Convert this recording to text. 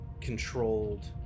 controlled